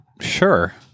sure